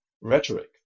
rhetoric